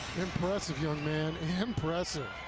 impressive young man, impressive.